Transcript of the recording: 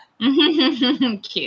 Cute